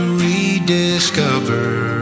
rediscover